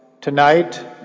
tonight